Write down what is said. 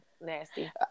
Nasty